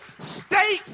state